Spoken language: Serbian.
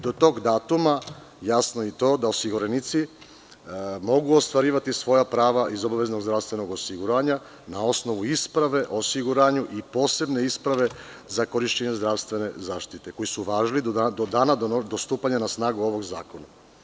Do tog datuma osiguranici mogu ostvarivati svoja prava iz obaveznog zdravstvenog osiguranja na osnovu isprave o osiguranju i posebne isprave za korišćenje zdravstvene zaštite koje važe do dana stupanja na snagu ovog zakona.